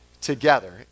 together